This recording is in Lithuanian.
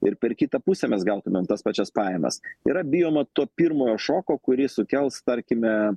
ir per kitą pusę mes gautumėm tas pačias pajamas yra bijoma to pirmojo šoko kurį sukels tarkime